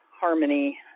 Harmony